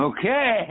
Okay